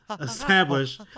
establish